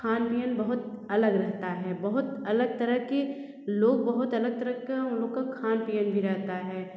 खान पियन बहुत अलग रहता है बहुत अलग तरह की लोग बहुत अलग तरह का उन लोग का खान पियन भी रहता है